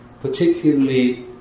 particularly